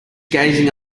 gazing